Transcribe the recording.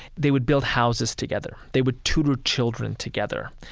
they would build houses together. they would tutor children together.